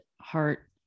heart